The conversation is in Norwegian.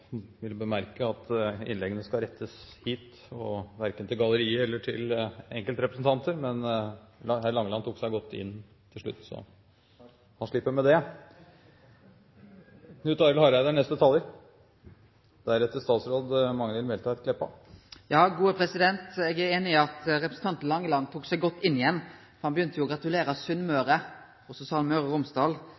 bemerke at innleggene skal rettes hit, verken til galleriet eller til enkeltrepresentanter, men representanten Langeland tok seg godt inn til slutt, så han slipper med det. Eg er einig i at representanten Langeland tok seg godt inn att. Han begynte med å gratulere Sunnmøre, så sa han Møre og Romsdal. Denne gongen er det Romsdal som verkeleg har grunn til å feire. I tråd med den gode og